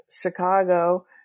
Chicago